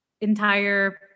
entire